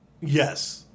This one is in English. Yes